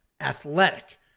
athletic